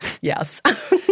Yes